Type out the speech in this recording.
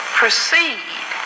proceed